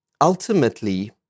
ultimately